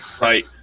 Right